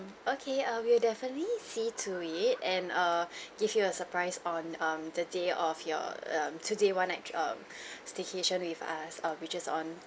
mm okay err we'll definitely see to it and err give you a surprise on um the day of your um two day one night um staycation with us err which is on